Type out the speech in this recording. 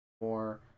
more